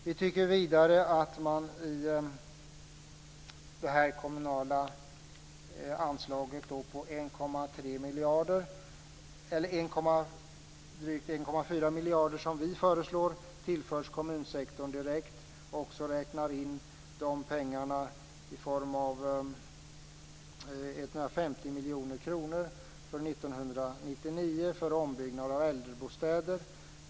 Vi tycker vidare att det kommunala anslaget på drygt 1,4 miljarder, som vi föreslår, skall tillföras kommunsektorn direkt och att man också skall räkna in 150 miljoner kronor för 1999 för ombyggnad av äldrebostäder.